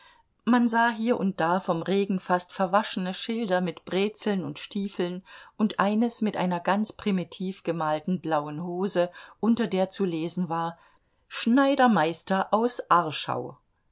man sah hier und da vom regen fast verwaschene schilder mit brezeln und stiefeln und eines mit einer ganz primitiv gemalten blauen hose unter der zu lesen war schneidermeister aus arschau